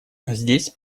здесь